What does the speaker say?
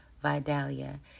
Vidalia